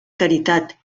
caritat